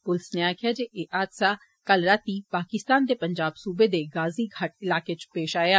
पुलस नै आक्खेआ ऐ जे एह् हादसा कल राती पाकिस्तान दे पंजाब सूबे दे गाज़ी घाट इलाके च पेश आया